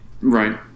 Right